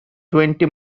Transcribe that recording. twenty